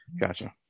gotcha